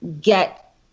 get